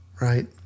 right